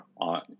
on